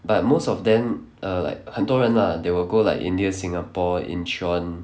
but most of them err like 很多人 lah they will go like india singapore